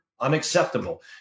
Unacceptable